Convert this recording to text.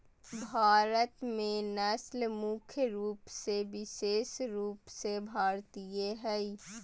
भारत में नस्ल मुख्य रूप से विशेष रूप से भारतीय हइ